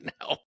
No